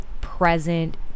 present